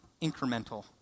incremental